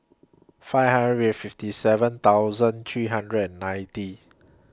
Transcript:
five hundred We Have fifty seven thousand three hundred and ninety